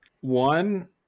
One